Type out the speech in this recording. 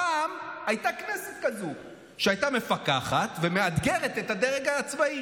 פעם הייתה כנסת כזאת שהייתה מפקחת ומאתגרת את הדרג הצבאי.